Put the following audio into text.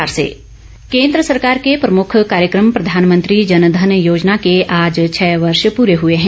जनधन योजना केन्द्र सरकार के प्रमुख कार्यक्रम प्रधानमंत्री जनधन योजना के आज छह वर्ष पूरे हुए हैं